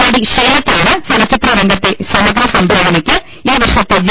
നടി ഷീലക്കാണ് ചലച്ചിത്ര രംഗത്തെ സമഗ്ര സംഭാവനയ്ക്ക് ഈ വർഷത്തെ ജെ